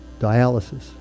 dialysis